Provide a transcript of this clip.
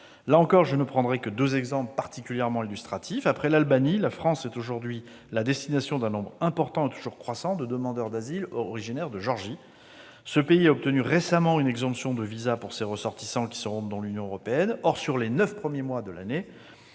Là aussi, je ne prendrai que deux exemples particulièrement illustratifs. Après l'Albanie, la France est aujourd'hui la destination d'un nombre important et toujours croissant de demandeurs d'asile originaires de Géorgie. Ce pays a obtenu récemment une exemption de visas pour ses ressortissants qui se rendent dans l'Union européenne. Or, sur les neuf premiers mois de l'année,